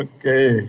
Okay